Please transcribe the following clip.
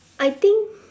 I think